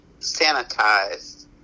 sanitized